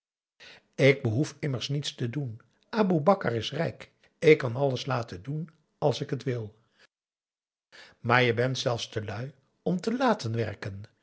ik behoef immers niets te doen aboe bakar is rijk ik kan alles laten doen als ik het wil maar je bent zelfs te lui om te laten werken